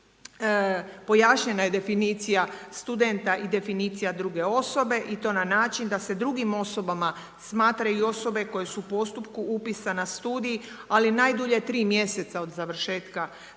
pojašnjena je definicija studenta i definicija druge osobe i to na način da se drugim osobama smatraju i osobe koje su u postupku upisa na studij ali najdulje 3 mjeseca od završetka srednje